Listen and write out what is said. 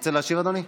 תרצה להשיב, אדוני?